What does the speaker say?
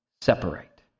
separate